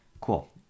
Cool